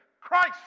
Christ